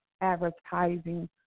advertising